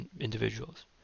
Individuals